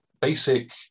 basic